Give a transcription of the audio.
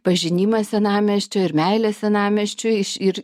pažinimas senamiesčio ir meilė senamiesčiui ir